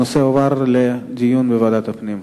הנושא הועבר לדיון בוועדת הפנים.